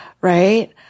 right